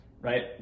right